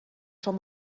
schon